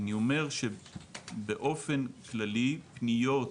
אני אומר שבאופן כללי פניות